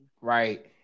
Right